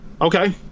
okay